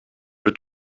wir